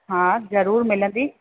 हा ज़रूरु मिलंदी